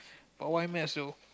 but why maths though